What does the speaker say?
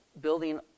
building